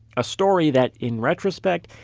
a story that in retrospect,